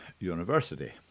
University